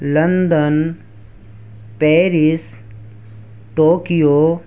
London Paris Tokyo